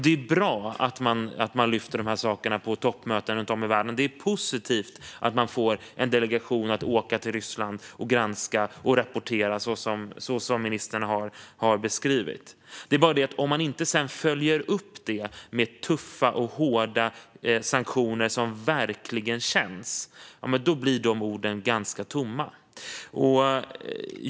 Det är bra att man lyfter de här sakerna på toppmöten runt om i världen. Det är positivt att man får en delegation att åka till Ryssland och granska och rapportera, så som ministern har beskrivit. Det är bara det att om man inte sedan följer upp det med tuffa och hårda sanktioner som verkligen känns blir orden ganska tomma.